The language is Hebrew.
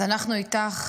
אז אנחנו איתך,